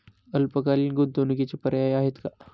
अल्पकालीन गुंतवणूकीचे पर्याय आहेत का?